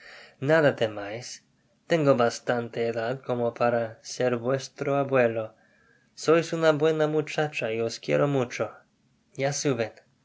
nada temais tengo bastante edad como para ser vuestro abuelo sois uua buena muchacha y os quiero uiucho ya